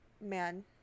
man